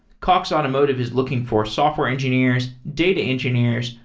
cox automotive is looking for software engineers, data engineers,